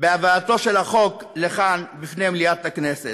בהבאתו של החוק לכאן בפני מליאת הכנסת.